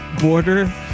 border